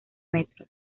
metros